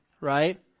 right